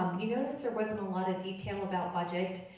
you noticed there wasn't a lot of detail about budget.